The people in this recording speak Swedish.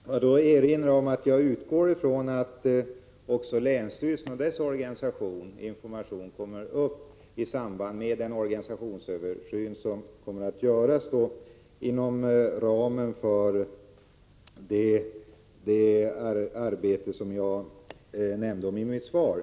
Fru talman! Får jag erinra om att jag utgår från att också länsstyrelsen och dess organisation och informationen därifrån är frågor som kommer att tas upp i samband med den organisationsöversyn som skall genomföras inom ramen för det arbete som jag nämnde i mitt svar.